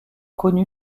connue